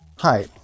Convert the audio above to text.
Hi